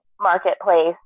marketplace